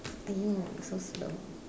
!aiyo! so slow